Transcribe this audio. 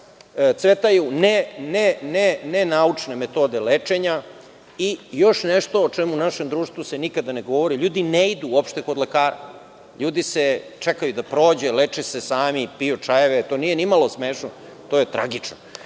cvetaju nenaučne metode lečenja i još nešto o čemu u našem društvu se nikada ne govori, ljudi ne idu uopšte kod lekara, ljudi čekaju da prođe, leče se sami, piju čajeve. To nije ni malo smešno, to je tragično. Mi